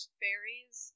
fairies